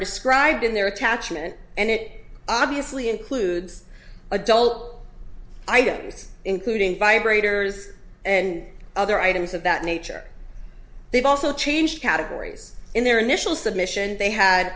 described in their attachment and it obviously includes adult items including vibrators and other items of that nature they've also changed categories in their initial submission they had